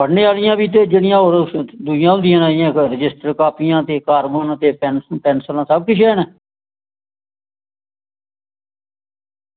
पढ़ने आह्लियां बी ते जेह्ड़ियां होर रजिस्टर कॉपियां कॉर्बन ते पैंसिला सब किश हैन